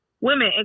Women